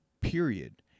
period